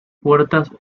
puertas